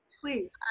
please